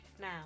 now